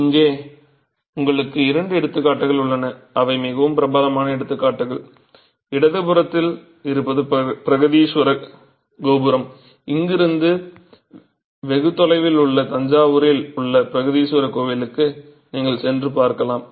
இங்கே உங்களுக்கு இரண்டு எடுத்துக்காட்டுகள் உள்ளன அவை மிகவும் பிரபலமான எடுத்துக்காட்டுகள் இடதுபுறத்தில் இருப்பது பிரகதீஸ்வர கோபுரம் இங்கிருந்து வெகு தொலைவில் உள்ள தஞ்சாவூரில் உள்ள பிரகதீஸ்வரர் கோவிலுக்கு நீங்கள் சென்று பார்க்கலாம்